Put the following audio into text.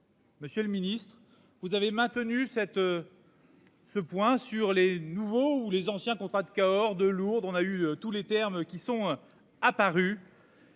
Monsieur le Ministre vous avez maintenu cette. Ce point sur les nouveaux ou les anciens contrats de Cahors de lourdes. On a eu tous les termes qui sont apparus.